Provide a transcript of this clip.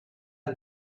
han